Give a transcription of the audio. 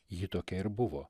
ji tokia ir buvo